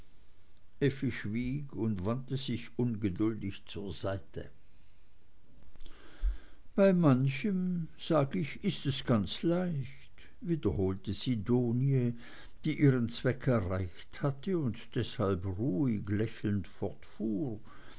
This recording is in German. und wandte sich ungeduldig zur seite bei manchem sag ich ist es ganz leicht wiederholte sidonie die ihren zweck erreicht hatte und deshalb ruhig lächelnd fortfuhr